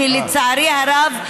כי לצערי הרב,